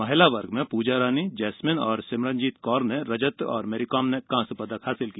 महिला वर्ग में पूजा रानी जैस्मीन और सिमरनजीत कौर ने रजत और मैरीकॉम ने कांस्य पदक हासिल किया